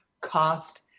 cost